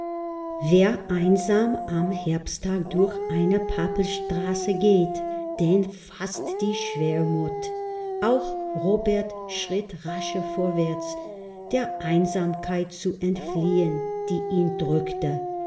wer einsam am herbsttag durch eine pappelstraße geht den faßt die schwermut auch robert schritt rascher vorwärts der einsamkeit zu entfliehen die ihn drückte